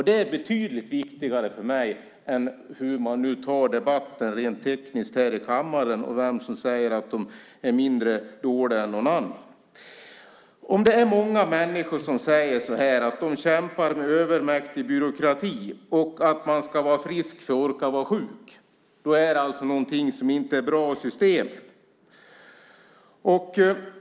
Det är betydligt viktigare för mig än hur man tar debatten rent tekniskt här i kammaren och vilka som säger att de är mindre dåliga än någon annan. Om det är många människor som säger att de kämpar mot övermäktig byråkrati och att man ska vara frisk för att orka vara sjuk är det någonting som inte är bra i systemet.